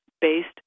based